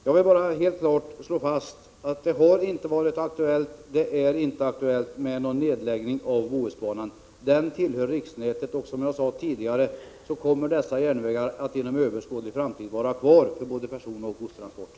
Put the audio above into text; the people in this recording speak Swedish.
Jag vill klart slå fast att det inte har varit och inte är aktuellt med en nedläggning av Bohusbanan. Den tillhör riksnätet. Som jag sade tidigare kommer den järnvägslinjen att inom överskådlig framtid vara kvar för både personoch godstrafiken.